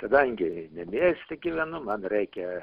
kadangi ne mieste gyvenu man reikia